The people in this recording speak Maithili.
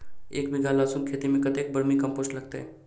एक बीघा लहसून खेती मे कतेक बर्मी कम्पोस्ट लागतै?